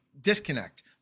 disconnect